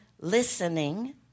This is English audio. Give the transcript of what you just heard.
listening